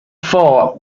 fall